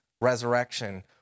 resurrection